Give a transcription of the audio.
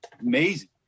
amazing